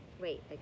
Wait